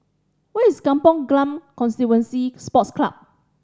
where is Kampong Glam Constituency Sports Club